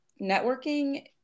networking